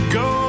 go